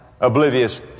Oblivious